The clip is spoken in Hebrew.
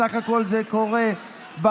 בסך הכול זה קורה בחוץ,